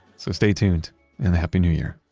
so stay tuned, and a happy new year